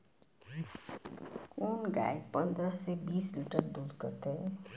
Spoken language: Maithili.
कोन गाय पंद्रह से बीस लीटर दूध करते?